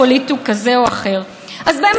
או אחרים שאני מאוד מאוד מכבדת,